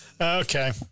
Okay